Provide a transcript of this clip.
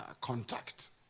contact